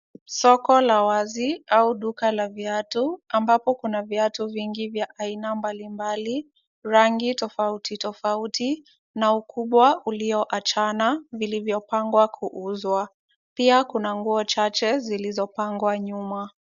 Soko la wazi au duka la viatu ambapo kuna viatu vingi vya aina mbalimbali, rangi tofauti tofauti na ukubwa ulioachana vilivyopangwa kuuzwa. Pia kuna nguo chache zilizopangwa nyuma.